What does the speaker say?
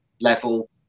level